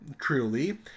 truly